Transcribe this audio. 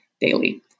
daily